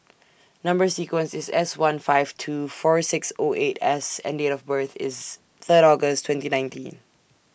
Number sequence IS S one five two four six O eight S and Date of birth IS Third August twenty nineteen